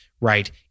right